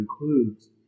includes